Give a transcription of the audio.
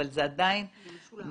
אבל זה עדיין --- זה משולב.